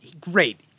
great